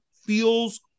feels